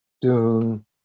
Dune